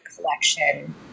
collection